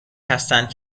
هستند